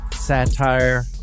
satire